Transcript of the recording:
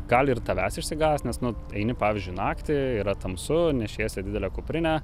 gali ir tavęs išsigąst nes nu eini pavyzdžiui naktį yra tamsu nešiesi didelę kuprinę